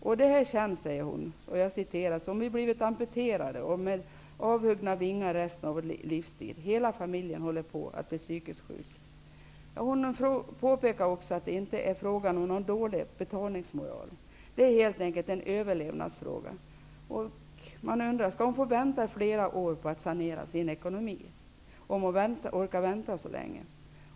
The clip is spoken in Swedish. Kvinnan skriver i sitt brev: ''Detta känns som om vi blivit amputerade och med avhuggna vingar för resten av vår livstid. Hela familjen håller på att bli psykiskt sjuk.'' Hon påpekar också att det inte är fråga om någon dålig betalningsmoral. Det är helt enkelt en överlevnadsfråga. Man undrar då: Skall hon få vänta i flera år på att sanera sin ekonomi, om hon nu orkar vänta så länge?